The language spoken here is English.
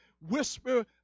whisper